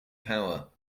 power